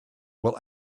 will